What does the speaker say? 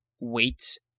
wait